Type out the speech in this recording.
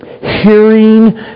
Hearing